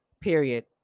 Period